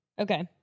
okay